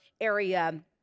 area